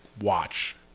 watch